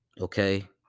Okay